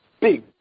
big